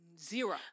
Zero